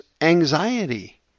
anxiety